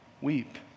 weep